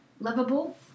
Lovable